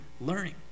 learning